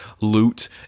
loot